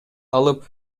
алып